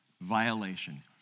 violation